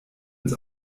ins